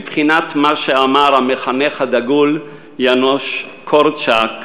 בבחינת מה שאמר המחנך הדגול יאנוש קורצ'אק: